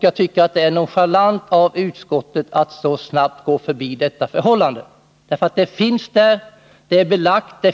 Det är nonchalant av utskottet att så snabbt gå förbi detta förhållande. Det finns belagt.